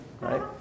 right